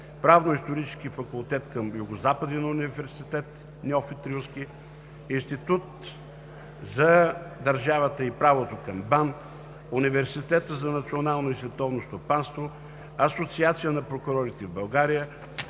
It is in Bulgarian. Правно-историческия факултет към Югозападен университет „Неофит Рилски“, Института за държавата и правото към БАН, Университета за национално и световно стопанство, Асоциацията на прокурорите в България,